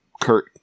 Kurt